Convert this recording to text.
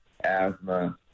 asthma